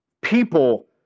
people